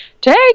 take